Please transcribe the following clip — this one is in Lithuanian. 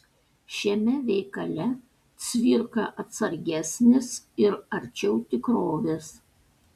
šiame veikale cvirka atsargesnis ir arčiau tikrovės